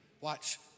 Watch